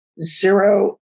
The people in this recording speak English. Zero